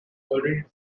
already